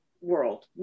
world